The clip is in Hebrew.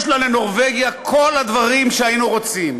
יש לנורבגיה כל הדברים שהיינו רוצים,